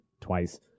twice